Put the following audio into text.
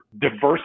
diversity